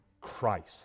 Christ